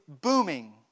booming